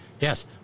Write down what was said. yes